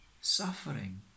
suffering